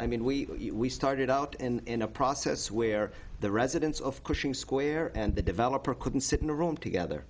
i mean we started out in a process where the residents of cushing square and the developer couldn't sit in a room together